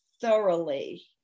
thoroughly